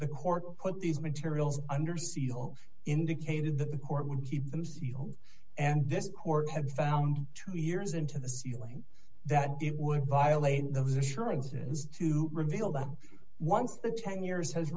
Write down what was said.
the court put these materials under seal indicated that the court would keep them so you and this court had found two years into the ceiling that it would violate those assurances to reveal that once the ten years has